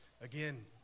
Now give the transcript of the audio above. again